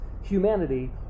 humanity